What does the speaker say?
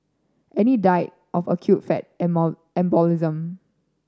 Annie died of acute fat embolism